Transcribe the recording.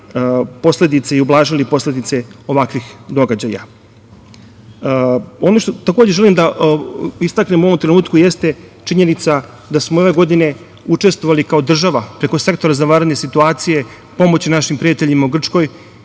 umanjili i ublažili posledice ovakvih događaja. Ono što takođe želim da istaknem u ovom trenutku jeste činjenica da smo ove godine učestvovali kao država, preko Sektora za vanredne situacije u pomoći našim prijateljima u Grčkoj.